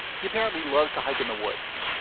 he apparently loves to hike in the woods.